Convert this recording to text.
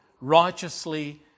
righteously